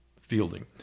fielding